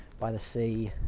by the sea.